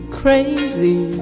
crazy